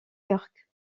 york